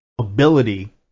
ability